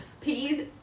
please